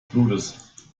blutes